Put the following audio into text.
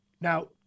Now